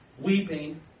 weeping